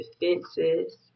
defenses